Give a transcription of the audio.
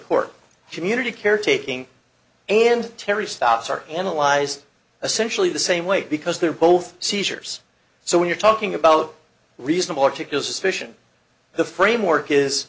ct community caretaking and terry stops are analyzed essential in the same way because they're both seizures so when you're talking about reasonable articulable suspicion the framework is